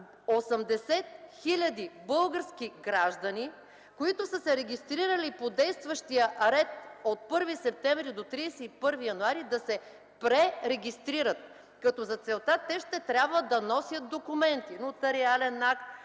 80 000 български граждани, които са се регистрирали по действащия ред от 1 септември 2010 г. до 31 януари 2011 г. да се пререгистрират, като за целта ще трябва да носят документи: нотариален акт,